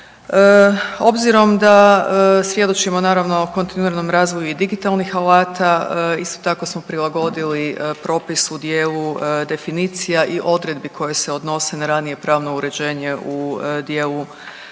Obzirom da svjedočimo naravno kontinuiranom razvoju i digitalnih alata, isto tako smo prilagodili propis u dijelu definicija i odredbi koje se odnose na ranije pravno uređenje u dijelu takvih